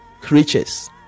creatures